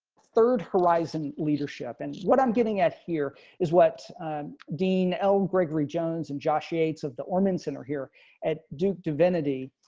third horizon leadership. and what i'm getting at here is what dean ellen gregory jones and josh gates of the origin center here at duke divinity.